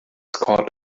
called